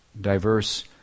diverse